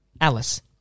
Alice